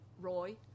Roy